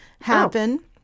happen